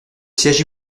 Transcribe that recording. siège